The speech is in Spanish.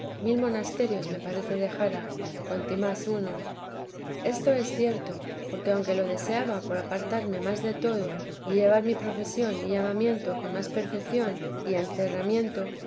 mil monasterios me parece dejara cuanto más uno esto es cierto porque aunque lo deseaba por apartarme más de todo y llevar mi profesión y llamamiento con más perfeción y encerramiento